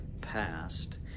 passed